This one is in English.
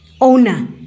owner